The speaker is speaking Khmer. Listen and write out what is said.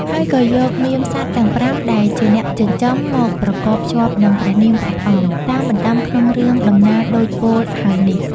ហើយក៏យកនាមសត្វទាំង ៥ ដែលជាអ្នកចិញ្ចឹម មកប្រកបភ្ជាប់នឹងព្រះនាមព្រះអង្គ តាមបណ្ដាំក្នុងរឿងដំណាលដូចពោលហើយនេះ។